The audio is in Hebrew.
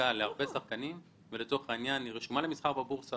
שהונפקה להרבה שחקנים והיא לצורך העניין רשומה למסחר בבורסה